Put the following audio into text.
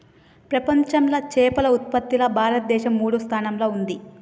ప్రపంచంలా చేపల ఉత్పత్తిలా భారతదేశం మూడో స్థానంలా ఉంది